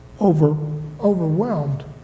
overwhelmed